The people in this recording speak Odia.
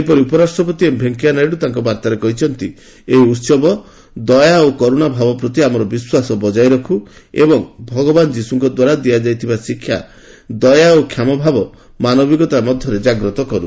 ସେହିପରି ଉପରାଷ୍ଟ୍ରପତି ଏମ୍ ଭେଙ୍କିୟା ନାଇଡୁ ତାଙ୍କ ବାର୍ତ୍ତାରେ କହିଛନ୍ତି ଏହି ଉତ୍ସବ ଦୟା ଓ କରୁଣା ଭାବ ପ୍ରତି ଆମର ବିଶ୍ୱାସ ବଜାୟ ରଖୁ ଏବଂ ଭଗବାନ୍ ଯିଶୁଙ୍କଦ୍ୱାରା ଦିଆଯାଇଥିବା ଶିକ୍ଷା ଦୟା ଓ କ୍ଷମା ଭାବ ମାନବିକତାକୁ ଜାଗ୍ରତ କର୍